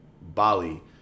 Bali